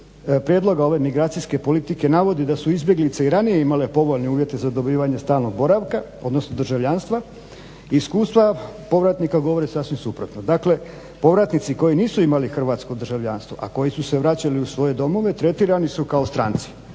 prijedloga ove migracijske politike navodi da su izbjeglice i ranije imale povoljne uvjete za dobivanje stalnog boravka odnosno državljanstva. Iskustva povratnika govore sasvim suprotno, dakle povratnici koji nisu imali hrvatsko državljanstvo, a koji su se vraćali u svoje domove tretirani su kao stranci.